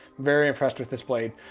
very impressed with this blade.